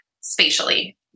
spatially